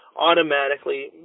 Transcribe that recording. automatically